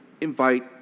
invite